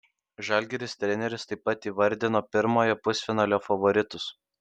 žalgiris treneris taip pat įvardino pirmojo pusfinalio favoritus